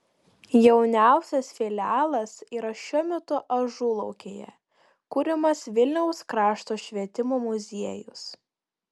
jauniausias filialas yra šiuo metu ažulaukėje kuriamas vilniaus krašto švietimo muziejus